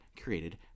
created